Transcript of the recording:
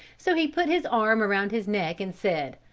so he put his arm around his neck and said,